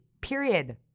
Period